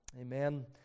Amen